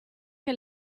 che